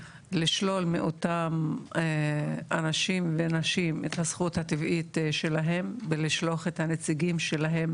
לשלול מאותם אנשים ונשים את הזכות הטבעית שלהם ולשלוח את הנציגים שלהם